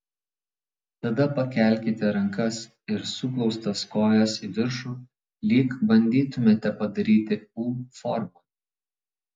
tada pakelkite rankas ir suglaustas kojas į viršų lyg bandytumėte padaryti u formą